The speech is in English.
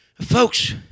Folks